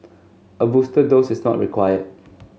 a booster dose is not required